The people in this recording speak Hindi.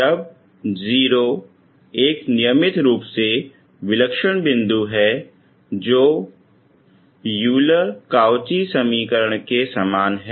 जब 0 एक नियमित रूप से विलक्षण बिंदु है जो यूलर काउची समीकरण के समान है